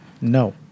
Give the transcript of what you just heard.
No